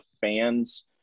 fans